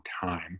time